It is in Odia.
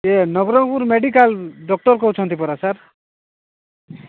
ଏଇ ନବରଙ୍ଗପୁର ମେଡିକାଲ ଡକ୍ଟର କହୁଛନ୍ତି ପରା ସାର୍